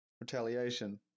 retaliation